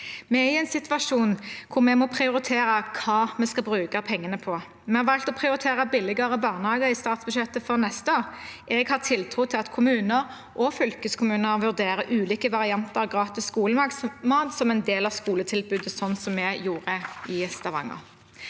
Vi er i en situasjon hvor vi må prioritere hva vi skal bruke pengene på. Vi har valgt å prioritere billigere barnehager i statsbudsjettet for neste år. Jeg har tiltro til at kommuner og fylkeskommuner vurderer ulike varianter av gratis skolemat som en del av skoletilbudet, slik vi gjorde i Stavanger.